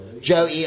Joey